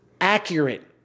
accurate